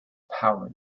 power